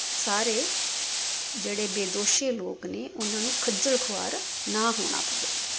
ਸਾਰੇ ਜਿਹੜੇ ਬੇਦੋਸ਼ੇ ਲੋਕ ਨੇ ਉਹਨਾਂ ਨੂੰ ਖੱਜਲ ਖੁਆਰ ਨਾ ਹੋਣਾ ਪਵੇ